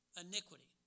iniquity